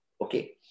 Okay